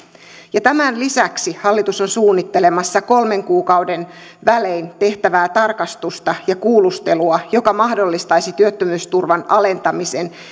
ja tämän lisäksi hallitus on suunnittelemassa kolmen kuukauden välein tehtävää tarkastusta ja kuulustelua joka mahdollistaisi työttömyysturvan alentamisen